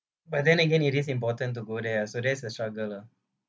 but then again it is important to go there ah so that is a struggle lah